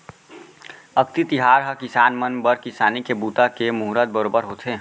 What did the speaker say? अक्ती तिहार ह किसान मन बर किसानी के बूता के मुहरत बरोबर होथे